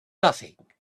nothing